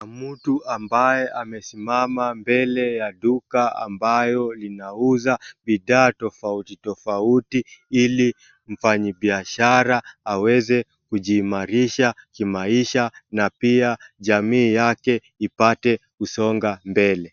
Kuna mtu ambaye amesimama mbele ya duka ambayo linauza bidhaa tofauti tofauti ili mfanyibiashara aweze kujiimarisha kimaisha na pia jamii yake ipate kusonga mbele.